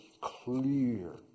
clear